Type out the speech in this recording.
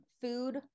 food